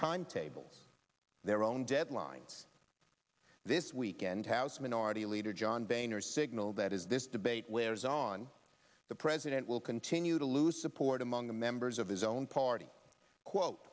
timetable their own deadline this weekend house minority leader john boehner signaled that is this debate wears on the president will continue to lose support among the members of his own party quote